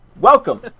Welcome